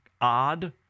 odd